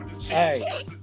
Hey